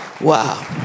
Wow